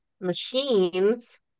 machines